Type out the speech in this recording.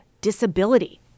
disability